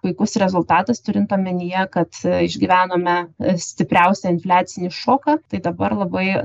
puikus rezultatas turint omenyje kad išgyvenome stipriausią infliacinį šoką tai dabar labai